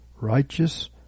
righteous